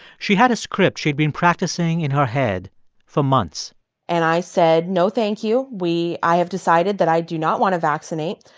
she had a script she'd been practicing in her head for months and i said, no, thank you. we i have decided that i do not want to vaccinate.